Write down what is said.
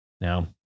now